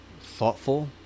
thoughtful